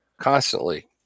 Constantly